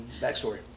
backstory